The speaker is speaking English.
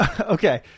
Okay